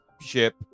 ship